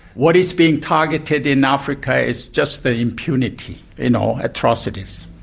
what is being targeted in africa is just the impunity in all atrocities.